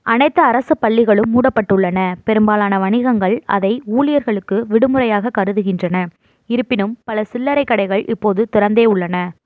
அனைத்து அரசு பள்ளிகளும் மூடப்பட்டுள்ளன பெரும்பாலான வணிகங்கள் அதை ஊழியர்களுக்கு விடுமுறையாக கருதுகின்றன இருப்பினும் பல சில்லறை கடைகள் இப்போது திறந்தே உள்ளன